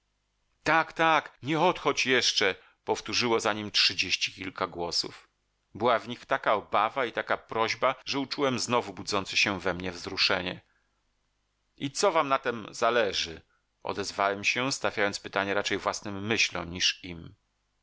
tak tak nie odchodź jeszcze powtórzyło za nim trzydzieści kilka głosów była w nich taka obawa i taka prośba że uczułem znowu budzące się we mnie wzruszenie i co wam na tem zależy odezwałem się stawiając pytanie raczej własnym myślom niż im